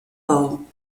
lauw